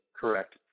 Correct